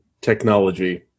technology